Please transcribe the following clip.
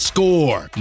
Score